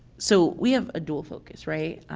so we have a dual focus, right?